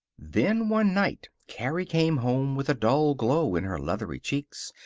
then, one night, carrie came home with a dull glow in her leathery cheeks,